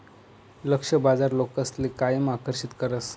लक्ष्य बाजार लोकसले कायम आकर्षित करस